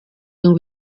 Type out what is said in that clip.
ngo